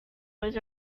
was